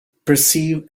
perceive